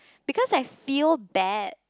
because I feel bad